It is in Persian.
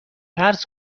فرض